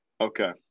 Okay